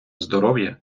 здоров’я